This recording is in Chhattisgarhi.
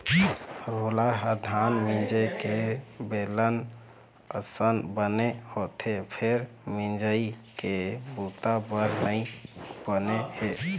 रोलर ह धान मिंजे के बेलन असन बने होथे फेर मिंजई के बूता बर नइ बने हे